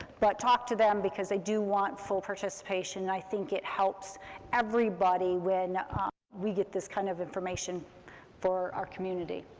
but talk to them, because they do want full participation, i think it helps everybody when ah we get this kind of information for our community.